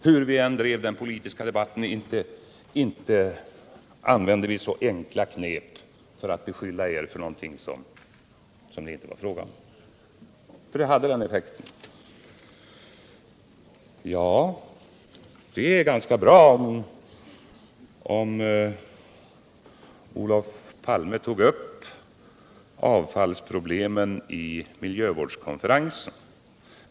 Hur vi än drev den politiska debatten då, inte använde vi så enkla knep att vi beskyllde er för något sådant. Sedan var det ju bra att Olof Palme tog upp avfallsproblemen vid miljövårdskonferensen.